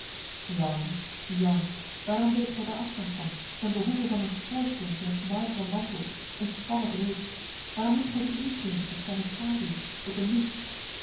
jan jan waarom deedt gij daar afstand van ten behoeve van een schoorsteentje met marmeren mantel eene spanne breed waarom liet gij dien inkrimpen tot zijne schaduw tot eene nis